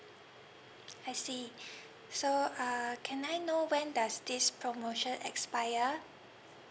I see so uh can I know when does this promotion expire